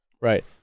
Right